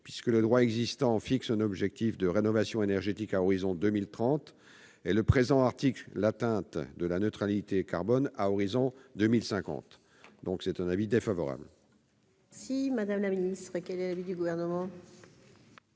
puisque le droit existant fixe un objectif de rénovation énergétique « à horizon 2030 » et le présent article l'atteinte de la neutralité carbone « à horizon 2050 ». L'avis est défavorable.